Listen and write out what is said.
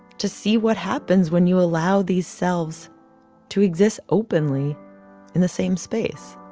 to see what happens when you allow these selves to exist openly in the same space?